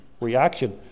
reaction